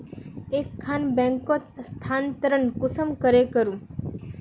एक खान बैंकोत स्थानंतरण कुंसम करे करूम?